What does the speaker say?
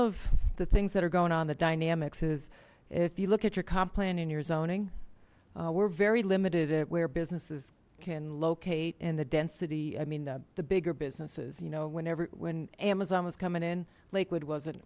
of the things that are going on the dynamics is if you look at your comp plan in your zoning we're very limited at where businesses can locate in the den city i mean the bigger businesses you know whenever when amazon was coming in lakewood wasn't